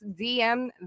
dm